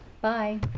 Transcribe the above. Bye